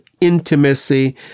intimacy